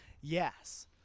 Yes